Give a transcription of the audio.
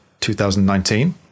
2019